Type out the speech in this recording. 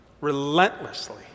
relentlessly